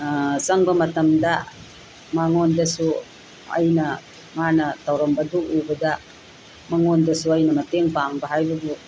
ꯆꯪꯕ ꯃꯇꯝꯗ ꯃꯉꯣꯟꯗꯁꯨ ꯑꯩꯅ ꯃꯥꯅ ꯇꯧꯔꯝꯕꯗꯨ ꯎꯕꯗ ꯃꯉꯣꯟꯗꯁꯨ ꯑꯩꯅ ꯃꯇꯦꯡ ꯄꯥꯡꯕ ꯍꯥꯏꯕꯕꯨ